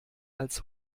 als